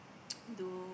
do